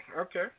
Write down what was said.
Okay